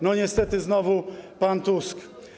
No, niestety, znowu pan Tusk.